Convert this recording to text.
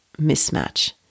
mismatch